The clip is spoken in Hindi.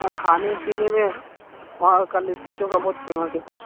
हाँ खाने पीने में अह का लिट्टी चोखा बहुत फेमस है सर